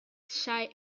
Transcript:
shy